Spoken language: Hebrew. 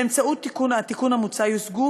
באמצעות התיקון המוצע יושגו,